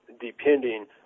depending